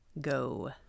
Go